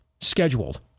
Scheduled